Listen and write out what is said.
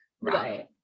Right